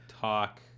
talk